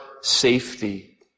safety